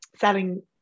selling